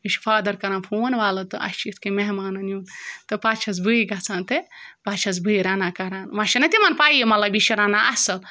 مےٚ چھِ فادَر کَران فون وَلہٕ تہٕ اَسہِ چھِ یِتھ کٔنۍ مہمانَن یُن تہٕ پَتہٕ چھٮ۪س بے گژھان تہٕ پَتہٕ چھٮ۪س بٕے رَنان کَران وۄنۍ چھَنہ تِمَن پَییی مطلب یہِ چھےٚ رَنان اَصٕل